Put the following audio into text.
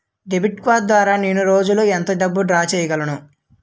Debit card ద్వారా నేను రోజు లో ఎంత డబ్బును డ్రా చేయగలను?